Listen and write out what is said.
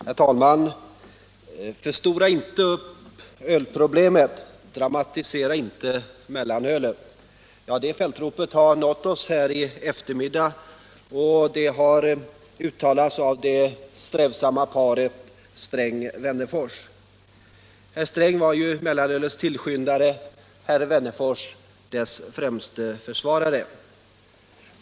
Herr talman! Förstora inte upp ölproblemet! Dramatisera inte mellanölet! De fältropen har nått oss här i eftermiddag, och de har uttalats av det strävsamma paret Sträng och Wennerfors. Herr Sträng var ju mel lanölets tillskyndare och herr Wennerfors dess främste försvarare.